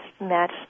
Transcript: match